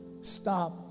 Stop